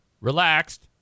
relaxed